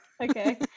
Okay